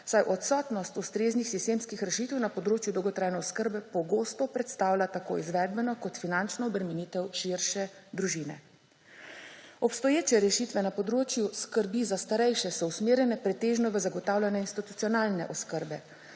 saj odsotnost ustreznih sistemskih rešite na področju dolgotrajne oskrbe pogosto predstavlja tako izvedbena kot finančna obremenitev širše družine. Obstoječe rešitve na področju skrbi za starejše so usmerjene pretežno v zagotavljanje institucionalne oskrbe,